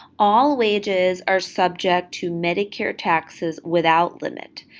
all wages are subject to medicare taxes without limit,